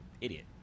idiot